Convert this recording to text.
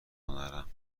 هنرم